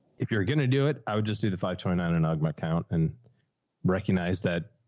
if you're going to do it. i would just do the five twenty nine and my count and recognize that.